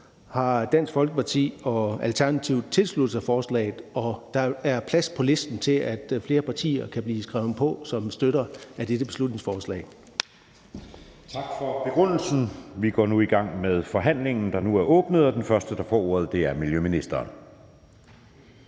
har Dansk Folkeparti og Alternativet tilsluttet sig forslaget, og der er plads på listen til, at flere partier kan blive skrevet på som støtter af dette beslutningsforslag. Kl. 18:13 Anden næstformand (Jeppe Søe): Tak for begrundelsen. Vi går i gang med forhandlingen, der nu er åbnet, og den første, der får ordet, er miljøministeren.